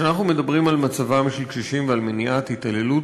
כשאנחנו מדברים על מצבם של קשישים ועל מניעת התעללות